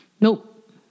Nope